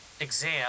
exam